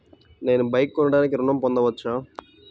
నేను బైక్ కొనటానికి ఋణం పొందవచ్చా?